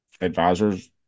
advisors